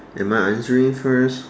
am I answering first